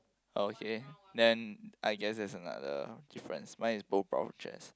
okay then I guess there is another difference mine is both brown chairs